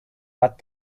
but